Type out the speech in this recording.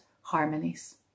harmonies